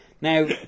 Now